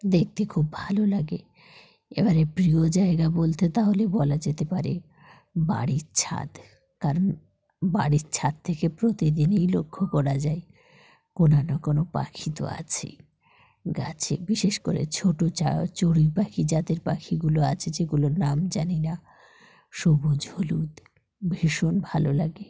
দেখতে খুব ভালো লাগে এবারে প্রিয় জায়গা বলতে তাহলে বলা যেতে পারে বাড়ির ছাদ কারণ বাড়ির ছাদ থেকে প্রতিদিনই লক্ষ্য করা যায় কোনো না কোনো পাখি তো আছেই গাছে বিশেষ করে ছোট চা চড়ুই পাখি জাতের পাখিগুলো আছে যেগুলোর নাম জানি না সবুজ হলুদ ভীষণ ভালো লাগে